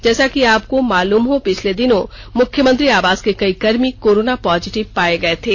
जैसा कि आपको मालूम हो पिछले दिनों मुख्यमंत्री आवास के कई कर्मी कोरोना पॉजिटिव पाये गये थे